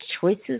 choices